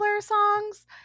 songs